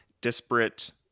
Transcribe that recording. disparate